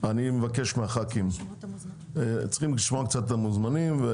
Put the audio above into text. צריך לשמוע את המוזמנים קצת.